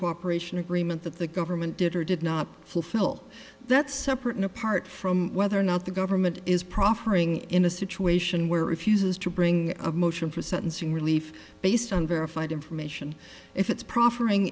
cooperation agreement that the government did or did not fulfill that's separate and apart from whether or not the government is proffering in a situation where refuses to bring a motion for sentencing relief based on verified information if it's prof